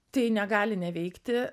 tai negali neveikti